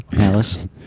Alice